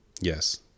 Yes